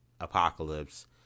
apocalypse